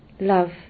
Love